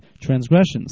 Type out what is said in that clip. transgressions